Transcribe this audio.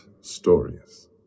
stories